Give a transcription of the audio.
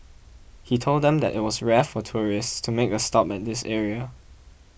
he told them that it was rare for tourists to make a stop at this area